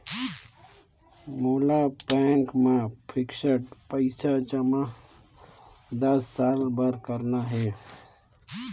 मोला बैंक मा फिक्स्ड पइसा जमा दस साल बार करना हे?